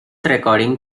recording